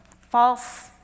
false